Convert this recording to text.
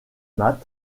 mat